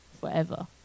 forever